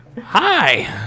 hi